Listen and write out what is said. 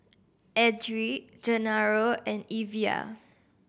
Edrie Genaro and Evia